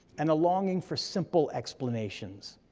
and a longing for simple explanations,